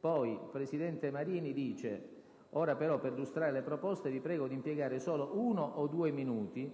Il presidente Marini disse: «Ora però, per illustrare le proposte, vi prego di impiegare solo uno o due minuti: